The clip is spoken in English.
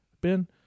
Ben